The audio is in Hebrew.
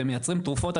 הם מייצרים תרופות.